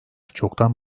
çoktan